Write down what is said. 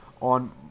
on